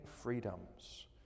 freedoms